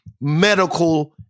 medical